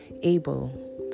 able